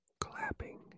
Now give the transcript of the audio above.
clapping